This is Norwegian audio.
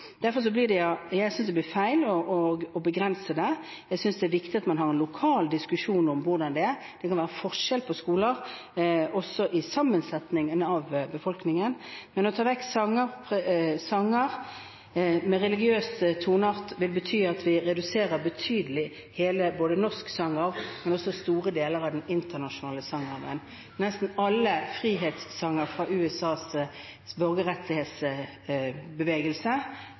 Jeg synes det blir feil å begrense det. Jeg synes det er viktig at man har en lokal diskusjon – det kan være forskjell på skoler og også i sammensetningen av befolkningen. Men å ta vekk sanger av religiøs art vil bety at vi reduserer betydelig norsk sangarv, men også store deler av den internasjonale sangarven. Nesten alle frihetssanger fra USAs borgerrettighetsbevegelse